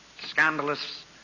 Scandalous